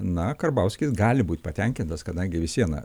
na karbauskis gali būt patenkintas kadangi vis viena